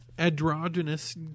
Androgynous